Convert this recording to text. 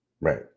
right